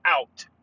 out